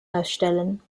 herstellen